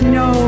no